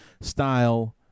style